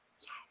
Yes